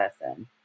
person